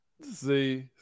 see